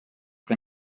que